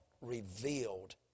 revealed